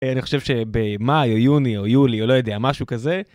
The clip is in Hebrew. אני חושב שבמאי או יוני או יולי, או לא יודע, משהו כזה.